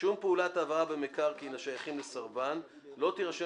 "שום פעולת העברה במקרקעין השייכים לסרבן לא תירשם